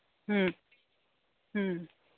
ꯎꯝ ꯎꯝ